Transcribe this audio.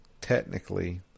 technically